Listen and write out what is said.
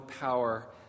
power